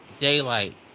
daylight